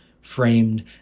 framed